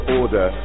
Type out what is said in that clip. order